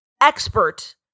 expert